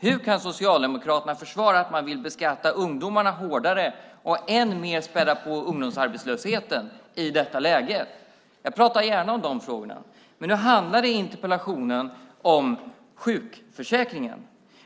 Hur kan Socialdemokraterna försvara att de vill beskatta ungdomarna hårdare och än mer späda på ungdomsarbetslösheten i detta läge? Jag pratar gärna om de frågorna. Men nu handlade interpellationen om sjukförsäkringen.